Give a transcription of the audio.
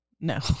No